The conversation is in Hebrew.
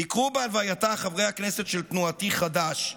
ביקרו בהלווייתה חברי הכנסת של תנועתי, חד"ש,